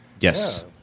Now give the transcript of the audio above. Yes